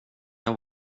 har